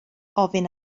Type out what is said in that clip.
ofyn